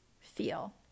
feel